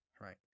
right